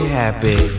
happy